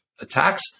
attacks